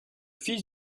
fils